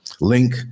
link